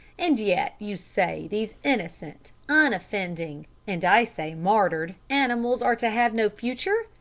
and yet, you say, these innocent, unoffending and, i say, martyred animals are to have no future,